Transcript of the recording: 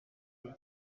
gihe